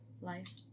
Life